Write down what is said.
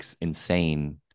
insane